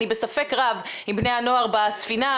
אני בספק רב אם בני הנוער בספינה,